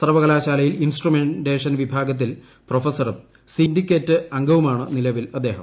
സർവ്വകലാശാലയിൽ ഇൻസ്ട്രുമെന്റേഷൻ വിഭാഗൃത്തിൽ പ്രൊഫസറും സിൻഡിക്കേറ്റ് അംഗവുമാണ് നിലവിൽ അദ്ദേഹം